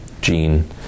gene